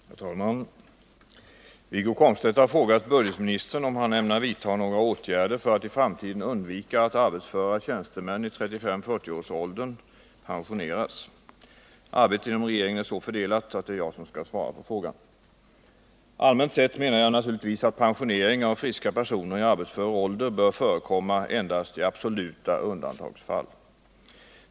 Herr talman! Wiggo Komstedt har frågat budgetministern om han ämnar vidta några åtgärder för att i framtiden undvika att arbetsföra tjänstemän i 35-40-årsåldern pensioneras. Arbetet inom regeringen är så fördelat att det är jag som skall svara på frågan. Allmänt sett menar jag naturligtvis att pensionering av friska personer i arbetsför ålder bör förekomma endast i absoluta undantagsfall.